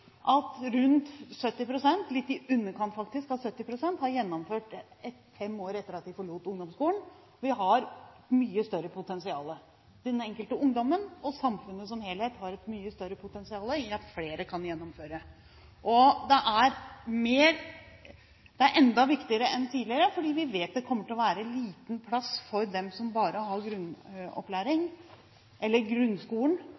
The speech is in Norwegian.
at i underkant av 70 pst. har gjennomført fem år etter at de forlot ungdomsskolen. Vi har mye større potensial. Den enkelte ungdommen og samfunnet som helhet har et mye større potensial for at flere kan gjennomføre. Det er enda viktigere enn tidligere, fordi vi vet det kommer til å være liten plass for dem som bare har